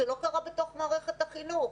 זה לא קרה בתוך מערכת החינוך.